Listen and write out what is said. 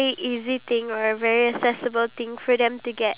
iya it's called fluctuations